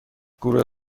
گروه